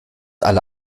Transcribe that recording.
alle